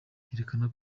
byerekana